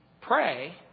Pray